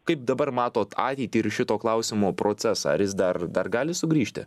kaip dabar matot ateitį ir šito klausimo procesą ar jis dar dar gali sugrįžti